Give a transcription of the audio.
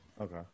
Okay